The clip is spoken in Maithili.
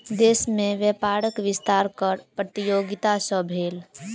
देश में व्यापारक विस्तार कर प्रतियोगिता सॅ भेल